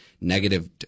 negative